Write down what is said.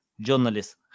Journalists